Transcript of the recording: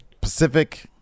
Pacific